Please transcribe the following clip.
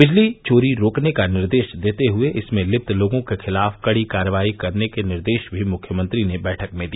विजली चोरी रोकने का निर्देश देते हुये इसमें लिप्त लोगों के खिलाफ कड़ी कार्यवाही करने के निर्देश भी मुख्यमंत्री ने बैठक में दिया